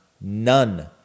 none